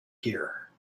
here